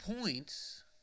points